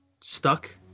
stuck